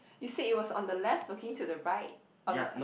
you said it was on the left looking to the right on the